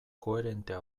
koherentea